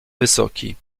wysoki